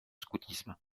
scoutisme